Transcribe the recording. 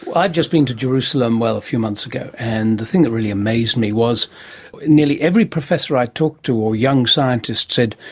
i've just been to jerusalem a few months ago and the thing that really amazed me was nearly every professor i talked to or young scientist said,